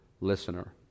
listener